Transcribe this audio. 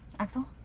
axel?